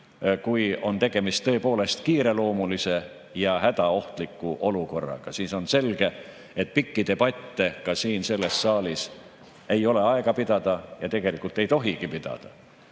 kui on tegemist tõepoolest kiireloomulise ja hädaohtliku olukorraga. Siis on selge, et pikki debatte ka siin saalis ei ole aega pidada ja tegelikult ei tohigi pidada.